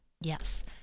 Yes